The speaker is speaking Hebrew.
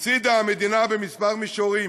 הפסידה המדינה בכמה מישורים,